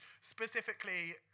specifically